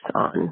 on